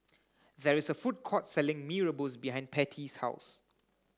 there is a food court selling Mee Rebus behind Pattie's house